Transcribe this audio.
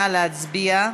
נא להצביע.